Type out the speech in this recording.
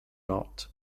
not